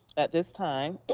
at this time,